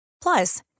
Plus